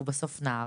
והוא בסוף נער,